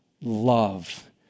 love